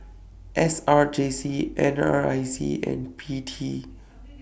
S R J C N R I C and P T